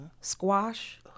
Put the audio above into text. squash